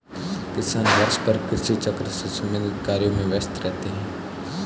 किसान वर्षभर कृषि चक्र से संबंधित कार्यों में व्यस्त रहते हैं